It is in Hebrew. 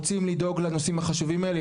רוצים לדאוג לנושאים החשובים האלה?